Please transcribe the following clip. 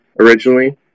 originally